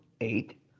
eight